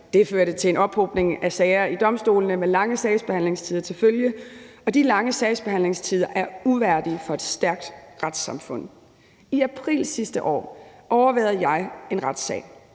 det førte til en ophobning af sager i domstolene med lange sagsbehandlingstider til følge, og de lange sagsbehandlingstider er uværdige for et stærkt retssamfund. I april sidste år overværede jeg en retssag